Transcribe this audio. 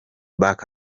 back